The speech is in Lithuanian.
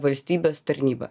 valstybės tarnyba